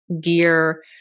gear